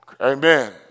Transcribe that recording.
Amen